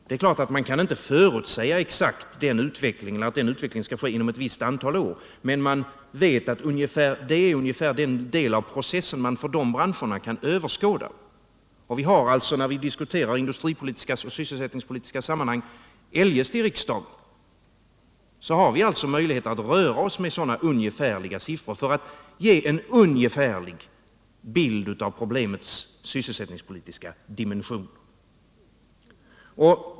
Det är klart att man inte exakt kan förutsäga att den utvecklingen skall ske inom ett visst antal år, men man vet att det är ungefär den del av processen man för dessa branscher kan överskåda. När vi diskuterar industripolitiska och sysselsättningspolitiska sammanhang eljest i riksdagen har vi alltså möjlighet att röra oss med sådana ungefärliga siffror för att ge en ungefärlig bild av problemets sysselsättningspolitiska dimensioner.